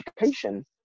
education